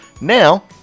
Now